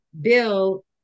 Bill